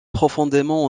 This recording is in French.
profondément